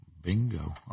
Bingo